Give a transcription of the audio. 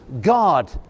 God